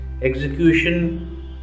execution